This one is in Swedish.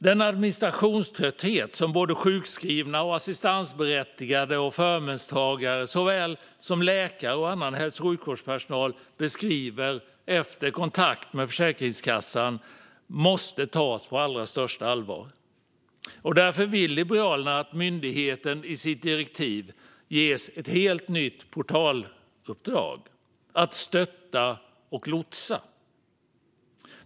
Den administrationströtthet som såväl sjukskrivna, assistansberättigade och förmånstagare som läkare och annan hälso och sjukvårdspersonal beskriver efter kontakt med Försäkringskassan måste tas på allra största allvar. Därför vill Liberalerna att myndigheten i sitt direktiv ges ett helt nytt portaluppdrag - att stötta och lotsa.